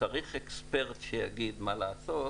צריך אקספרט שיגיד מה לעשות,